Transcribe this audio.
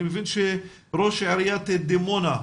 אני מבין שראש עיריית דימונה,